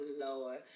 Lord